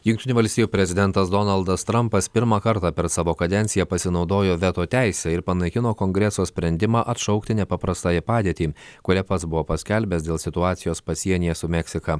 jungtinių valstijų prezidentas donaldas trampas pirmą kartą per savo kadenciją pasinaudojo veto teise ir panaikino kongreso sprendimą atšaukti nepaprastąją padėtį kurią pats buvo paskelbęs dėl situacijos pasienyje su meksika